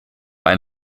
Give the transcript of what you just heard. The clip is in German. ein